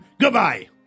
Goodbye